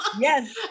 yes